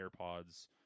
AirPods